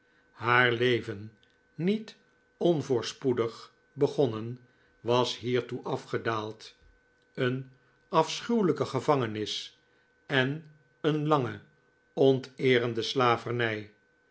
haar leven niet onvoorspoedig begonnen was hiertoe afgedaald een afschuwelijke gevangenis en een lange onteerende slavernij